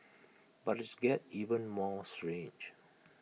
but its gets even more strange